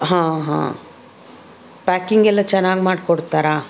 ಹಾಂ ಹಾಂ ಪ್ಯಾಕಿಂಗ್ ಎಲ್ಲ ಚೆನ್ನಾಗಿ ಮಾಡ್ಕೊಡ್ತಾರಾ